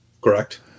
Correct